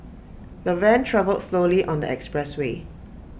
the van travelled slowly on the expressway